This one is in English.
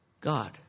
God